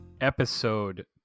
episode